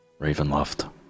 Ravenloft